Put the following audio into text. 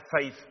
faith